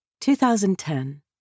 2010